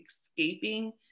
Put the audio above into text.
escaping